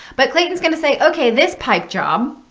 but clayton is going to say, ok, this pipe job.